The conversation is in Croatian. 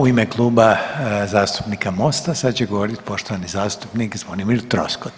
U ime Kluba zastupnika Mosta sad će govoriti poštovani zastupnik Zvonimir Troskot.